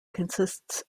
consists